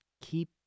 keep